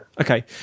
Okay